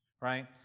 right